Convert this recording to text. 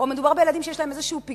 או מדובר בילדים שיש להם איזה פיגור,